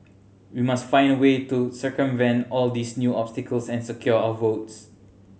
we must find a way to circumvent all these new obstacles and secure our votes